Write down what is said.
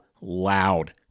loud